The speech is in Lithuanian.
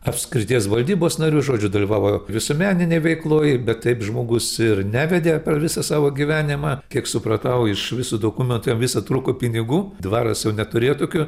apskrities valdybos nariu žodžiu dalyvavo visuomeninėj veikloj bet taip žmogus ir nevedė per visą savo gyvenimą kiek supratau iš visų dokumentų jam visad trūko pinigų dvaras jau neturėjo tokių